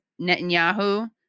Netanyahu